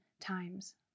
times